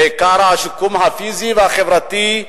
בעיקר השיקום הפיזי והחברתי,